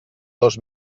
dos